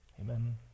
Amen